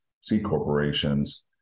C-corporations